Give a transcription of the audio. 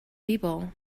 people